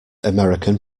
american